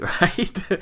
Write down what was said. right